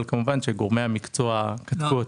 אבל כמובן שגורמי המקצוע פיתחו אותה.